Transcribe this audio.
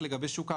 לגבי שוק העבודה,